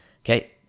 Okay